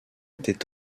était